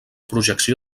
projecció